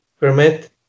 Permit